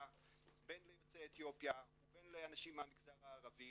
בין ליוצאי אתיופיה ובין לאנשים מהמגזר הערבי.